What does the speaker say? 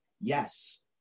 yes